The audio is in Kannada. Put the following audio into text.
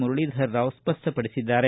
ಮುರಳೀಧರರಾವ್ ಸ್ಪಷ್ಟಪಡಿಸಿದ್ದಾರೆ